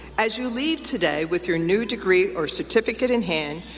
as you leave today with your new degree or certificate in hand,